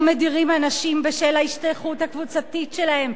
מדירים אנשים בשל ההשתייכות הקבוצתית שלכם,